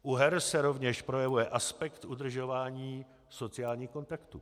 U her se rovněž projevuje aspekt udržování sociálních kontaktů.